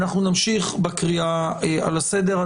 אנחנו נמשיך בקריאה לפי הסדר.